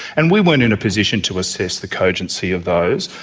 and we weren't in a position to assess the cogency of those,